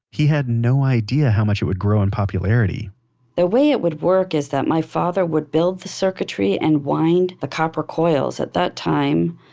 he had no idea how much it would grow in popularity the way it would work is that my father would build the circuitry and wind the copper coils. at that time,